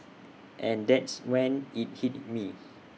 and that's when IT hit me